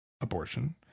abortion